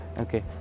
okay